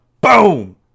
Boom